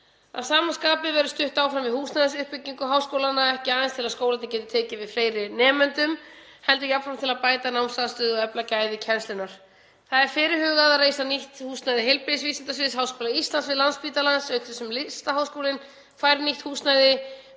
Að sama skapi verður stutt áfram við húsnæðisuppbyggingu háskólanna, ekki aðeins til að skólarnir geti tekið við fleiri nemendum heldur jafnframt til að bæta námsaðstöðu og efla gæði kennslunnar. Fyrirhugað er að reisa nýtt húsnæði heilbrigðisvísindasviðs Háskóla Íslands við Landspítalann auk þess sem Listaháskólinn fær nýtt húsnæði.